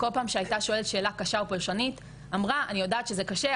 כל פעם שהיתה שואלת שאלה קשה או פולשנית אמרה: אני יודעת שזה קשה,